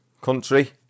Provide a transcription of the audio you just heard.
country